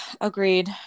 agreed